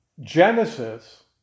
Genesis